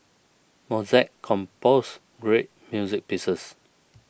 Mozart composed great music pieces